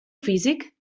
físic